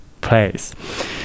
place